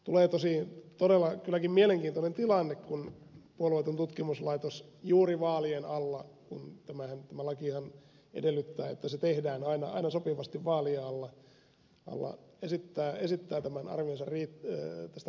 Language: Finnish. tulee todella kylläkin mielenkiintoinen tilanne kun puolueeton tutkimuslaitos juuri vaalien alla kun tämä lakihan edellyttää että se tehdään aina sopivasti vaalien alla esittää tämän arvionsa tästä riittävyydestä